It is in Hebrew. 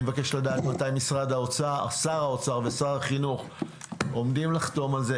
אני מבקש לדעת מתי שר האוצר ושר החינוך עומדים לחתום על זה,